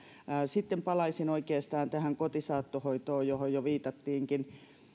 sitten palaisin tähän kotisaattohoitoon johon jo viitattiinkin